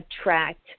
attract